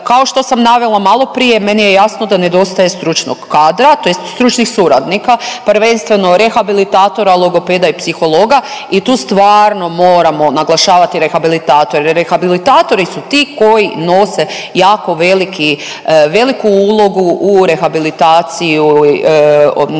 Kao što sam navela malo prije meni je jasno da nedostaje stručnog kadra, tj. stručnih suradnika prvenstveno rehabilitatora, logopeda i psihologa i tu stvarno moramo naglašavati rehabilitatore. Rehabilitatori su ti koji nose jako veliku ulogu u rehabilitaciju, znači